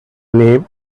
name